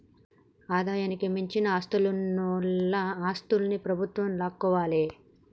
ఆదాయానికి మించిన ఆస్తులున్నోల ఆస్తుల్ని ప్రభుత్వం లాక్కోవాలే